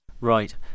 Right